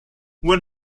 when